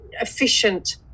efficient